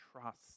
trust